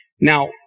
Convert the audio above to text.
Now